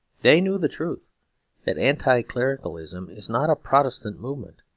they knew the truth that anti-clericalism is not a protestant movement,